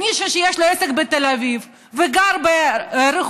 מי שיש לו עסק בתל אביב וגר ברחובות,